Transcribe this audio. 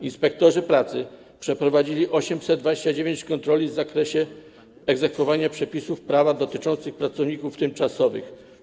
Inspektorzy pracy przeprowadzili 829 kontroli w zakresie egzekwowania przepisów prawa dotyczących pracowników tymczasowych.